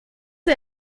sie